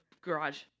garage